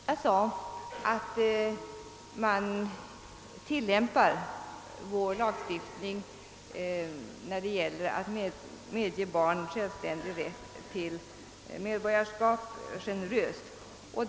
Jag sade att när det gäller att medge barn självständig rätt till medborgarskap tillämpas vår lagstiftning generöst.